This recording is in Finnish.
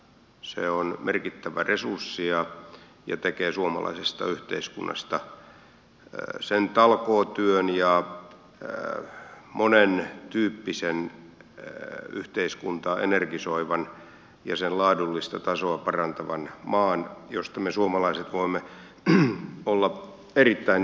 se on merkittävä resurssi ja tekee suomalaisesta yhteiskunnasta sen talkootyön ja monen tyyppisen yhteiskuntaa energisoivan ja sen laadullista tasoa parantavan maan josta me suomalaiset voimme olla erittäin ylpeitä